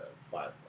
five